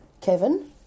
Kevin